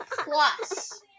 plus